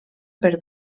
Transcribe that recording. per